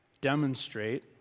demonstrate